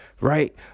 right